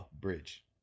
bridge